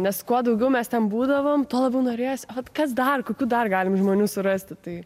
nes kuo daugiau mes ten būdavom tuo labiau norėjosi ot kas dar kokių dar galim žmonių surasti tai